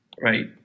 right